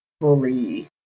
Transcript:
fully